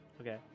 Okay